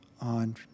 on